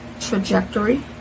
trajectory